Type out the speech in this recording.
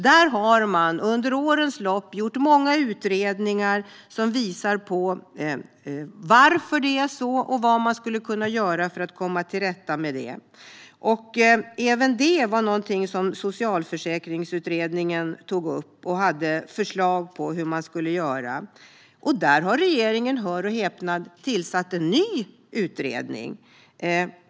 Man har under årens lopp gjort många utredningar som visar varför det är så här och vad man skulle kunna göra för att komma till rätta med det. Även det var någonting som Socialförsäkringsutredningen tog upp, och man hade förslag på hur man skulle göra. Här har regeringen - hör och häpna - tillsatt en ny utredning.